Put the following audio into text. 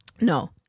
No